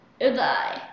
goodbye